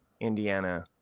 Indiana